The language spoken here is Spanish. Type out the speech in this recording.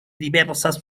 diversas